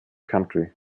country